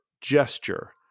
gesture